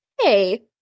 hey